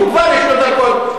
כבר יש לו דרכון.